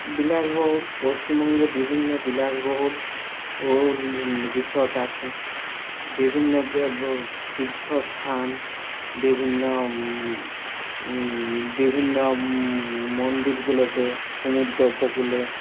বিলাসবহুল পশ্চিমবঙ্গে বিভিন্ন বিলাসবহুল ও রিসর্ট আছে বিভিন্ন যে তীর্থস্থান বিভিন্ন বিভিন্ন মন্দিরগুলোতে সমুদ্র উপকুলে